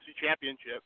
championship